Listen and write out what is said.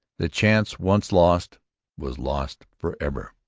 the chance once lost was lost for ever.